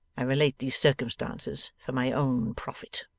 i relate these circumstances for my own profit